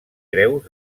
greus